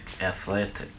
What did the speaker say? athletic